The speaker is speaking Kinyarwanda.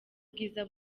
bwiza